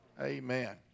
Amen